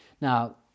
now